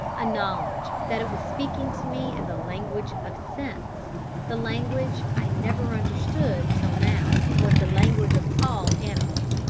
a knowledge that it was speaking to me in the language of scents the language i never understood till now was the language of all animals.